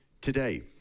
today